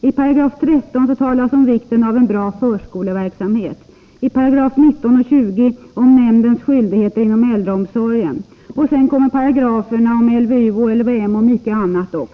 I 13 § talas det om vikten av en bra förskoleverksamhet och i 19 och 20 §§ om nämndens skyldigheter inom äldreomsorgen. Sedan kommer paragraferna om LVU och LVM och även mycket annat.